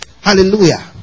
Hallelujah